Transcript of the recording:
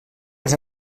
les